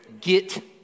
Get